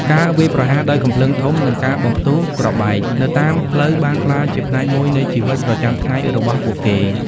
ការវាយប្រហារដោយកាំភ្លើងធំនិងការបំផ្ទុះគ្រាប់បែកនៅតាមផ្លូវបានក្លាយជាផ្នែកមួយនៃជីវិតប្រចាំថ្ងៃរបស់ពួកគេ។